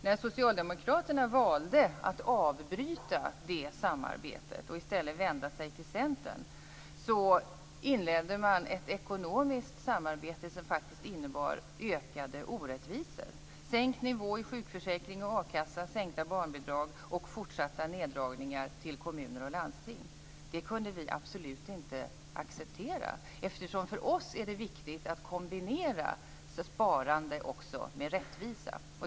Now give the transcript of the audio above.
När socialdemokraterna valde att avbryta det samarbetet och i stället vända sig till Centern inledde man ett ekonomiskt samarbete som faktiskt innebar ökade orättvisor: sänkt nivå i sjukförsäkring och a-kassa, sänkta barnbidrag och fortsatta neddragningar för kommuner och landsting. Det kunde vi absolut inte acceptera, eftersom det för oss är viktigt att kombinera sparande med rättvisa.